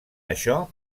això